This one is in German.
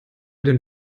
den